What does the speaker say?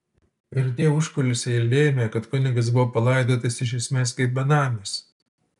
ir tie užkulisiai lėmė kad kunigas buvo palaidotas iš esmės kaip benamis